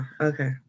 okay